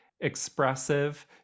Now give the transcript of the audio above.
expressive